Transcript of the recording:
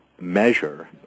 measure